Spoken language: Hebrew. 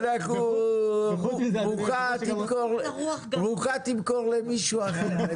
את רוחה תמכור למישהו אחר.